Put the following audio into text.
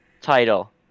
title